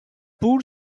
poule